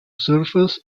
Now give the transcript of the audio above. surface